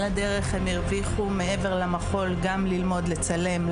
על הדרך הם הרוויחו מעבר למחול גם ללמוד לצלם,